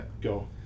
Go